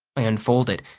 i unfold it,